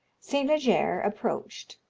st. leger approached,